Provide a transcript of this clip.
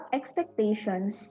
expectations